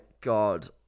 God